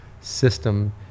system